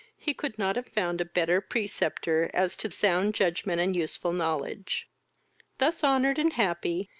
he could not have found a better preceptor as to sound judgement and useful knowledge thus honoured and happy,